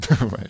Right